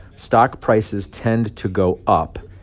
stock prices tend to go up.